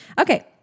Okay